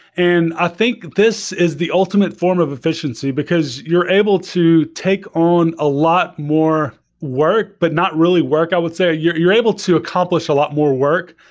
and i think this is the ultimate form of efficiency, because you're able to take on a lot more work, but not really work, i would say. you're you're able to accomplish a lot more work.